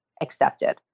accepted